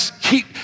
keep